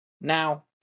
Now